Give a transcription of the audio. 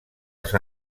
els